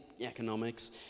economics